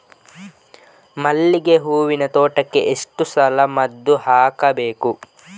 ಮಲ್ಲಿಗೆ ಹೂವಿನ ತೋಟಕ್ಕೆ ಎಷ್ಟು ಸಲ ಮದ್ದು ಹಾಕಬೇಕು?